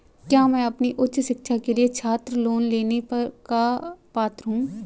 क्या मैं अपनी उच्च शिक्षा के लिए छात्र लोन लेने का पात्र हूँ?